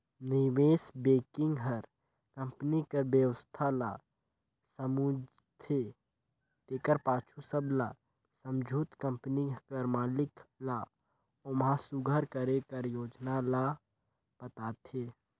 निवेस बेंकिग हर कंपनी कर बेवस्था ल समुझथे तेकर पाछू सब ल समुझत कंपनी कर मालिक ल ओम्हां सुधार करे कर योजना ल बताथे